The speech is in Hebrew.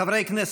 חברי הכנסת,